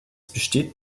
besteht